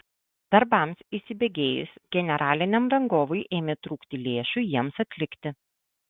darbams įsibėgėjus generaliniam rangovui ėmė trūkti lėšų jiems atlikti